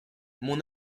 mon